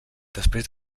després